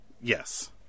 Yes